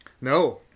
No